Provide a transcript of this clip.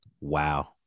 wow